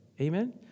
Amen